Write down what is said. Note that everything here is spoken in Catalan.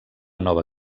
nova